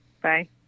Bye